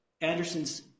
Anderson's